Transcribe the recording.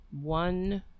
one